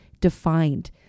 defined